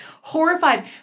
horrified